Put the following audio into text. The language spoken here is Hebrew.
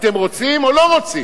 אתם רוצים או לא רוצים.